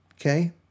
okay